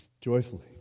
joyfully